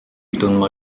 tundma